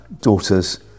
daughter's